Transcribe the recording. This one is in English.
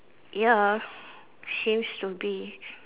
ya seems to be